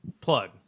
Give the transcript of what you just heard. Plug